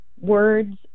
words